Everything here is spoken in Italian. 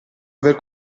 aver